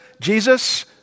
Jesus